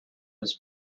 was